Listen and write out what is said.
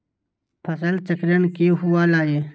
फसल चक्रण की हुआ लाई?